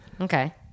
Okay